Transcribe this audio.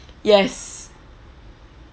yes